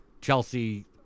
Chelsea